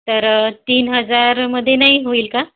तर तीन हजारमध्ये नाही होईल का